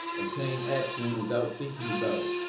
obtain action without thinking about it.